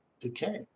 decay